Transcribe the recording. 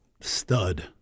Stud